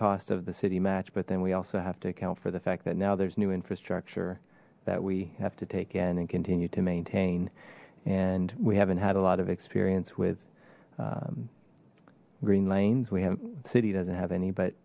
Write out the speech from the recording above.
cost of the city match but then we also have to account for the fact that now there's new infrastructure that we have to take in and continue to maintain and we haven't had a lot of experience with green lanes we have city doesn't have any but